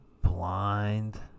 blind